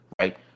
right